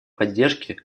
поддержки